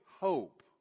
hope